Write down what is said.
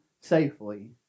safely